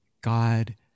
God